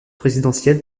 présidentielle